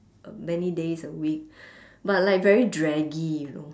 uh many days a week but like very draggy you know